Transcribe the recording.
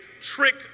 trick